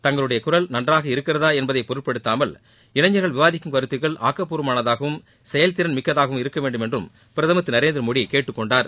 தங்களுடைய குரல் நன்றாக இருக்கிறதா என்பதை பொருட்படுத்தாமல் இளைஞர்கள் விவாதிக்கும் கருத்துக்கள் ஆக்கப்பூர்வமானதாகவும் செயல்திறன் மிக்கதாகவும் இருக்கவேண்டும் என்றும் பிரதமர் திரு நரேந்திரமோடி கேட்டுக்கொண்டார்